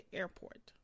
airport